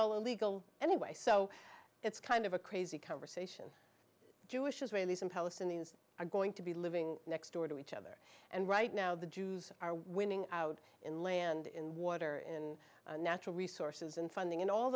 all illegal anyway so it's kind of a crazy conversation jewish israelis and palestinians are going to be living next door to each other and right now the jews are winning out in land in water in natural resources and funding and all